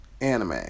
anime